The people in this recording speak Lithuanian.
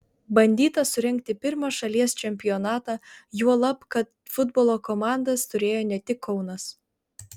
bandyta surengti pirmą šalies čempionatą juolab kad futbolo komandas turėjo ne tik kaunas